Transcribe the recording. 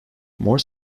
more